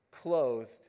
clothed